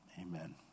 Amen